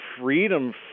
freedom